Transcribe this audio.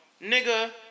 nigga